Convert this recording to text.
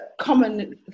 common